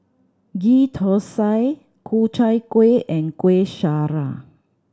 Ghee Thosai Ku Chai Kueh and Kueh Syara